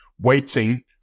waiting